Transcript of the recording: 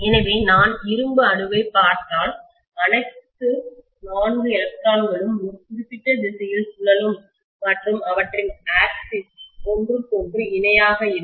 எனவே நான் இரும்பு அணுவைப் பார்த்தால் அனைத்து 4 எலக்ட்ரான்களும் ஒரு குறிப்பிட்ட திசையில் சுழலும் மற்றும் அவற்றின் அச்சு ஆக்சிஸ் ஒன்றுக்கொன்று இணையாக இருக்கும்